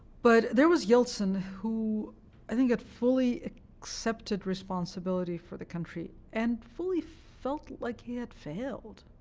but there was yeltsin, who i think had fully accepted responsibility for the country, and fully felt like he had failed.